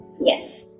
Yes